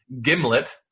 Gimlet